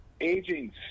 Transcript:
Aging